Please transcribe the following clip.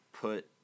put